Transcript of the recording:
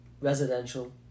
Residential